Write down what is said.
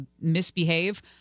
misbehave